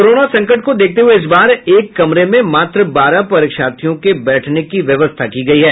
corona संकट को देखते हुये इस बार एक कमरें में मात्र बारह परीक्षार्थियों के बैठने की व्यवस्था की गयी है